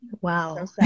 Wow